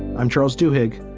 i'm charles duhigg.